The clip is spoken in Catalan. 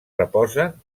reposen